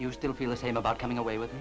you still feel the same about coming away with